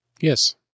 Yes